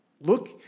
look